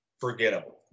forgettable